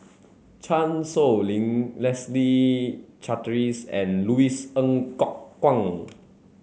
Chan Sow Lin Leslie Charteris and Louis Ng Kok Kwang